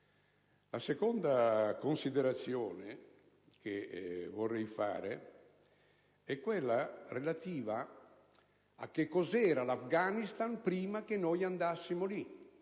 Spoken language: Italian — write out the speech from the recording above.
La seconda considerazione è relativa a che cos'era l'Afghanistan prima che noi andassimo lì.